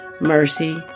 mercy